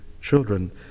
children